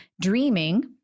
dreaming